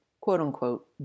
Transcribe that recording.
quote-unquote